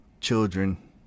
children